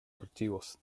archivos